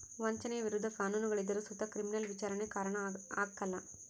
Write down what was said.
ವಂಚನೆಯ ವಿರುದ್ಧ ಕಾನೂನುಗಳಿದ್ದರು ಸುತ ಕ್ರಿಮಿನಲ್ ವಿಚಾರಣೆಗೆ ಕಾರಣ ಆಗ್ಕಲ